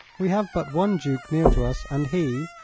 we have but one duke near to us, and he.